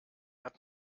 hat